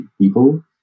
people